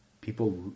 People